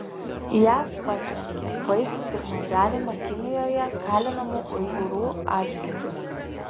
jav pasmerkė baisų piktnaudžiavimą kinijoje kalinamų uigūrų atžvilgiu